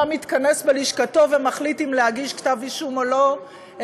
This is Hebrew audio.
מתכנס בלשכתו ומחליט אם להגיש כתב אישום או לא,